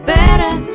Better